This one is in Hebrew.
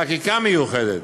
חקיקה מיוחדת,